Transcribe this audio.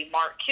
Mark